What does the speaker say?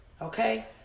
Okay